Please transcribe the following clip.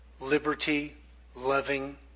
liberty-loving